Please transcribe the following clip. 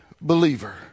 believer